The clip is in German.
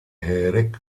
hering